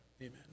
amen